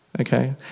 okay